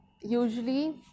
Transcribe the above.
usually